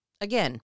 Again